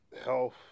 health